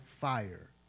fire